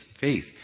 Faith